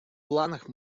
планах